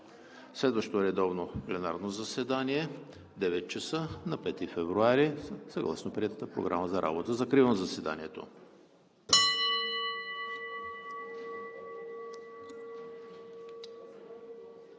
Следващото редовно пленарно заседание е от 9,00 ч. на 5 февруари съгласно приетата Програма за работа. Закривам заседанието.